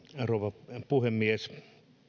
rouva puhemies